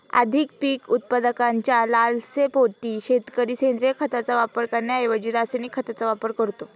अधिक पीक उत्पादनाच्या लालसेपोटी शेतकरी सेंद्रिय खताचा वापर करण्याऐवजी रासायनिक खतांचा वापर करतो